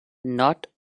not